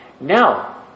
Now